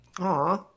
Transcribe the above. Aw